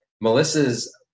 Melissa's